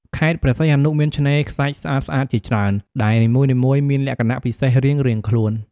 ខេត្តព្រះសីហនុមានឆ្នេរខ្សាច់ស្អាតៗជាច្រើន ដែលនីមួយៗមានលក្ខណៈពិសេសរៀងៗខ្លួន។